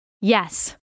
yes